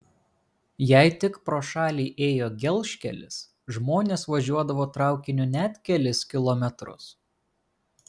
jei tik pro šalį ėjo gelžkelis žmonės važiuodavo traukiniu net kelis kilometrus